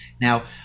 Now